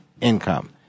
income